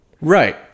Right